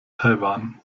taiwan